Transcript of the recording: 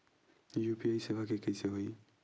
UPI सेवा के कइसे होही?